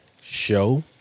show